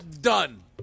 Done